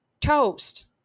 toast